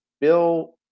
Bill